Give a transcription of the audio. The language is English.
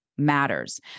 matters